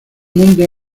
mundo